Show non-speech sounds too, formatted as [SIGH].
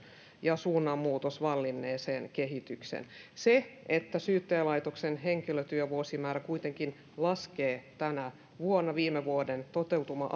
ja suunnanmuutos vallinneeseen kehitykseen se että syyttäjälaitoksen henkilötyövuosimäärä kuitenkin laskee tänä vuonna viime vuoden toteutuma [UNINTELLIGIBLE]